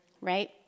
right